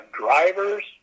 drivers